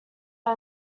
are